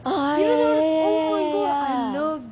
orh ya ya ya ya ya ya